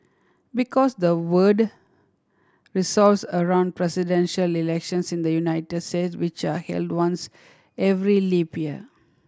because the world resolves around presidential elections in the United States which are held once every leap year